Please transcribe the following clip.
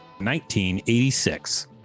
1986